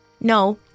No